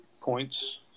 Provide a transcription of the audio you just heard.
points